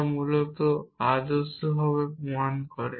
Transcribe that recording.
যা ধারণাটি মূলত আদর্শভাবে প্রমাণ করে